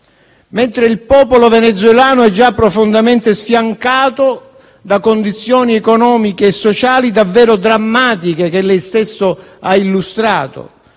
mentre il popolo venezuelano è già profondamente sfiancato da condizioni economiche e sociali davvero drammatiche che lei stesso ha illustrato,